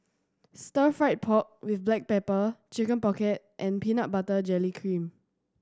Stir Fried Pork With Black Pepper Chicken Pocket and peanut butter jelly cream